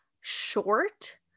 short